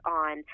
on